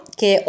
che